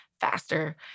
faster